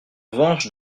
revanche